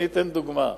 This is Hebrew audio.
אני אתן דוגמה.